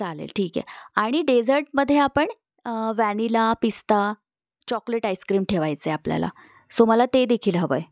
चालेल ठीक आहे आणि डेझर्टमध्ये आपण व्हॅनिला पिस्ता चॉकलेट आईस्क्रीम ठेवायचं आहे आपल्याला सो मला ते देखील हवं आहे